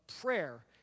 prayer